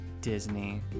Disney